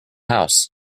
house